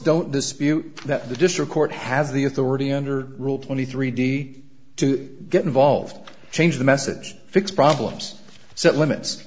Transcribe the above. don't dispute that the district court has the authority under rule twenty three d to get involved change the message fix problems so it limits